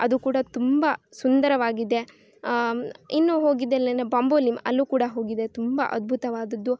ಅದು ಕೂಡ ತುಂಬ ಸುಂದರವಾಗಿದೆ ಇನ್ನೂ ಹೋಗಿದ್ದು ಎಲ್ಲೆನೇ ಬಂಬುಲಿಮ್ ಅಲ್ಲೂ ಕೂಡ ಹೋಗಿದೆ ತುಂಬ ಅದ್ಭುತವಾದದ್ದು